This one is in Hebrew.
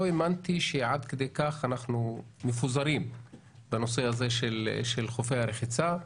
האמנתי שעד כדי כך אנחנו מפוזרים בנושא של חופי הרחצה,